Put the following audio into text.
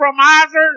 compromisers